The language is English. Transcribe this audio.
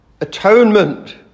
atonement